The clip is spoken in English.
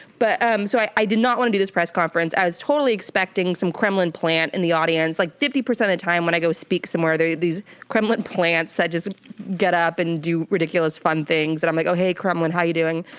but um so i i did not wanna do this press conference. i was totally expecting some kremlin plant in the audience. like fifty percent of time when i go speak somewhere these kremlin plants, so i just get up and do ridiculous fun things and i'm like, oh, hey kremlin how you doing?